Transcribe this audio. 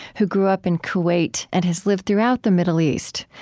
who grew up in kuwait and has lived throughout the middle east.